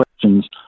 questions